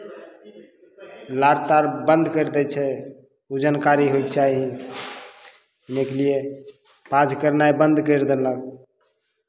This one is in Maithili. लार तार बन्द करि दै छै ओ जानकारी होयके चाही इने के लिए पाजु करनाइ बन्द करि देलक